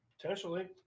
Potentially